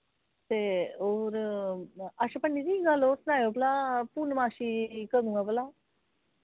ते और अच्छा पंडित जी इक गल्ल होर सनायो भला पूर्णमाशी कदूं ऐ भला